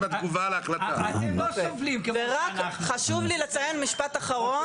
חשוב לי לציין משפט אחרון,